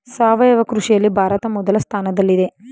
ಸಾವಯವ ಕೃಷಿಯಲ್ಲಿ ಭಾರತ ಮೊದಲ ಸ್ಥಾನದಲ್ಲಿದೆ